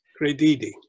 Credidi